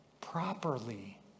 properly